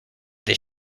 this